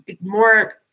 more